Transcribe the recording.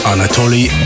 Anatoly